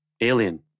Alien